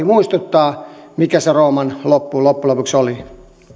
muistuttaa mikä se rooman loppu loppujen lopuksi oli